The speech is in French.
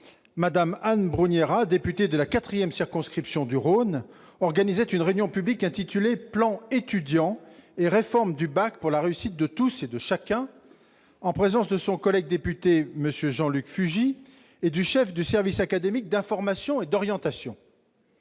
Mme Anne Brugnera, députée de la quatrième circonscription du Rhône, organisait une réunion publique intitulée « Plan étudiant et réforme du bac, pour la réussite de tous et de chacun », en présence de son collègue député, M. Jean-Luc Fugit, et du chef du service académique d'information et d'orientation.